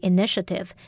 Initiative